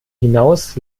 hinaus